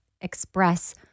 express